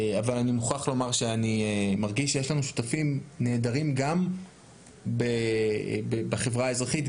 אבל אני מוכרח לומר שאני מרגיש שיש לנו שותפים נהדרים גם בחברה האזרחית,